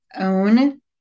own